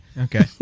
Okay